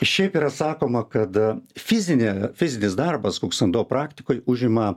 šiaip yra sakoma kad fizinė fizinis darbas kuksando praktikoe užima